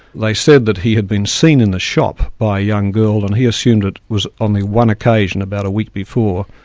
they said that he had been seen in the shop by a young girl and he assumed it was on the one occasion, about a week before,